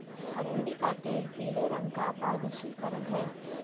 अरंडी का तेल पीले रंग का पारदर्शी तरल है